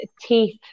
teeth